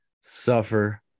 suffer